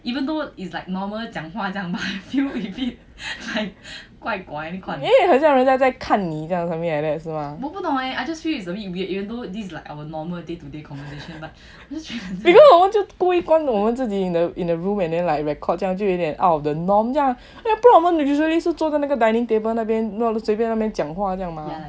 even though is like normal 讲话这样吗 you quite like guai guai 很像人家一直在看你这样 something like that 我不懂 eh I just feel it's a bit weird even though these like our normal day to day conversation because 我们就是故意关着我们 in a room and then like record 不然 usually 我们是坐在那个 dining table 那边不懂随便在那边讲话这样